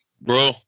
bro